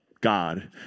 God